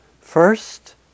First